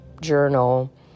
journal